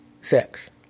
sex